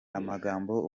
amagambo